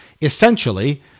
essentially